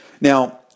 Now